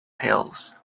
pills